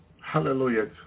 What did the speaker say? Hallelujah